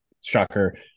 shocker